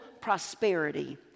prosperity